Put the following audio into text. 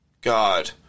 God